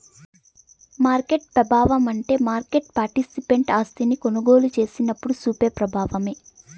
market పెబావమంటే market participant ఆస్తిని కొనుగోలు సేసినప్పుడు సూపే ప్రబావమే